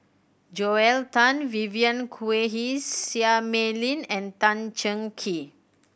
Joel Tan Vivien Quahe Seah Mei Lin and Tan Cheng Kee